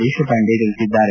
ದೇಶಪಾಂಡೆ ಹೇಳಿದ್ದಾರೆ